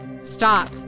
Stop